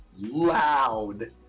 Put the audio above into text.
loud